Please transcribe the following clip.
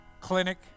clinic